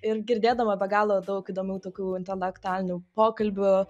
ir girdėdama be galo daug įdomių tokių intelektualinių pokalbių